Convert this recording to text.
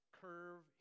curve